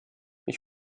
ich